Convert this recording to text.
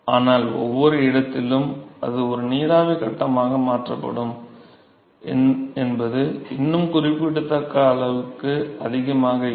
ஆனால் ஒவ்வொரு இடத்திலும் அது ஒரு நீராவி கட்டமாக மாற்றப்படும் என்பது இன்னும் குறிப்பிடத்தக்க அளவுக்கு அதிகமாக இல்லை